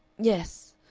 yes.